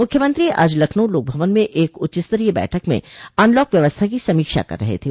मुख्यमंत्री आज लखनऊ लोकभवन मे एक उच्चस्तरीय बैठक में अनलॉक व्यवस्था की समीक्षा कर रहे थे